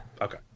Okay